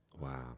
Wow